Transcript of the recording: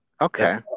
okay